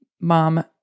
mom